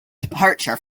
departure